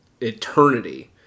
eternity